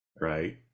Right